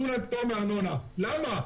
למה?